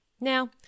now